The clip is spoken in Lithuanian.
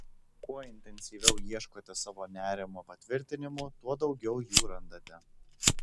kuo intensyviau ieškote savo nerimo patvirtinimų tuo daugiau jų randate